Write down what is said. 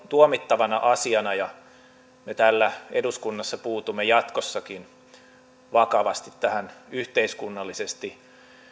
tuomittavana asiana ja me täällä eduskunnassa puutumme jatkossakin vakavasti tähän yhteiskunnallisesti